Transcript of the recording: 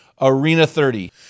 ARENA30